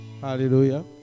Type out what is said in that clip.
Hallelujah